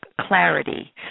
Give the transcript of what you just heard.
clarity